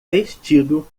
vestido